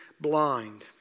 blind